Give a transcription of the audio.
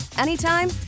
anytime